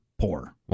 poor